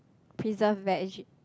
preserved veg